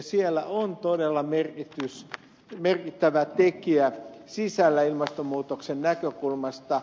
siellä on todella merkittävä tekijä sisällä ilmastonmuutoksen näkökulmasta